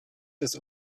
des